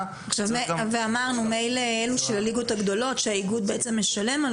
אמרנו שמילא זה בליגות הגדולות שהאיגוד משלם על